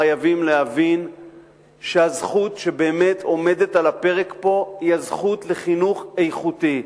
חייבים להבין שהזכות שבאמת עומדת על הפרק פה היא הזכות לחינוך איכותי,